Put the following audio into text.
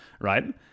right